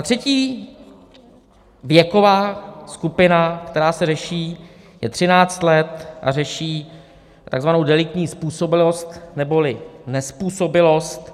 Třetí věková skupina, která se řeší, je třináct let a řeší tzv. deliktní způsobilost neboli nezpůsobilost.